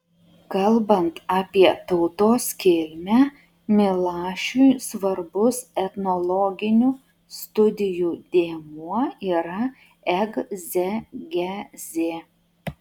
kalbant apie tautos kilmę milašiui svarbus etnologinių studijų dėmuo yra egzegezė